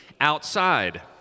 outside